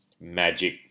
magic